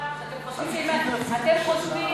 חושבים שאם,